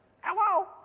Hello